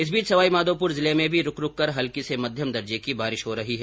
इस बीच सवाई माघोपुर जिले में भी रुक रुक कर हल्की से मध्यम दर्जे की बारिश हो रही है